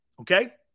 Okay